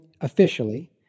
officially